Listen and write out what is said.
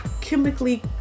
chemically